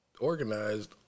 organized